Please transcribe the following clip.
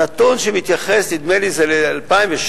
הנתון שמתייחס, נדמה לי, זה ל-2008,